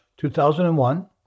2001